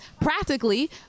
practically